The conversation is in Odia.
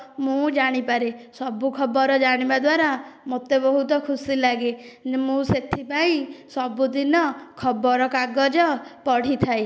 ମୁଁ ଜାଣିପାରେ ସବୁ ଖବର ଜାଣିବାଦ୍ୱାରା ମୋତେ ବହୁତ ଖୁସି ଲାଗେ ମୁଁ ସେଥିପାଇଁ ସବୁଦିନ ଖବରକାଗଜ ପଢ଼ିଥାଏ